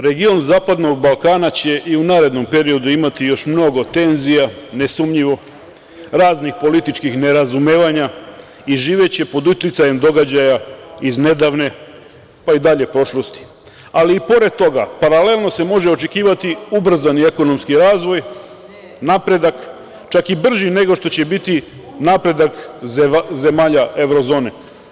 Region zapadnog Balkana će i u narednom periodu imati još mnogo tenzija, nesumnjivo, raznih političkih nerazumevanja i živeće pod uticajem događaja iz nedavne, pa i daljne prošlosti, ali i pored toga, paralelno se može očekivati ubrzani ekonomski razvoj, napredak, čak i brži nego što će biti napredak zemalja evro zone.